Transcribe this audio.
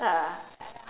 ah